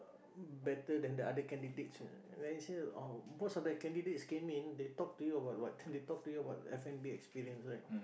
better than the other candidates then he say oh most of the candidates came in they talk to you about what they talk to you about F-and-B experience right